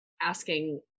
asking